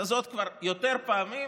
בכנסת הזאת כבר יותר פעמים,